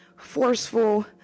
forceful